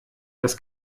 das